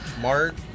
Mart